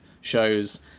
shows